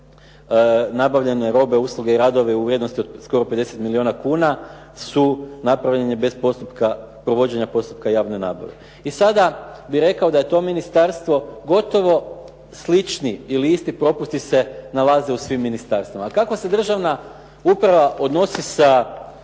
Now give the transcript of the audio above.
nabavljene robe, usluge i radovi u vrijednosti od skoro 50 milijuna kuna su napravljeni bez provođenja postupka javne nabave. I sada bih rekao da je to ministarstvo gotovo slični ili isti propusti se nalaze u svim ministarstvima. Kako se državna uprava odnosi sa